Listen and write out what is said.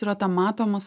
yra ta matoma